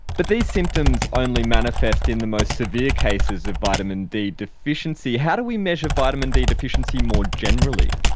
but these symptoms only manifest in the most severe cases of vitamin d deficiency. how do we measure vitamin d deficiency more generally?